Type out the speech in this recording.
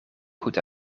goed